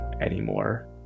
anymore